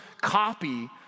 copy